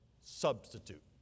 substitute